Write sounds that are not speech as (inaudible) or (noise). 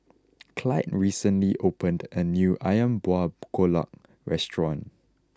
(noise) Clide recently opened a new Ayam Buah Keluak Restaurant